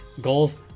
Goals